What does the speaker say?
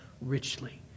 richly